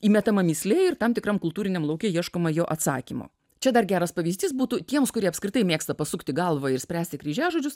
įmetama mįslė ir tam tikram kultūriniam lauke ieškoma jo atsakymo čia dar geras pavyzdys būtų tiems kurie apskritai mėgsta pasukti galvą ir spręsti kryžiažodžius